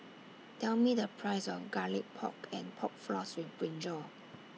Tell Me The Price of Garlic Pork and Pork Floss with Brinjal